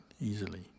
easily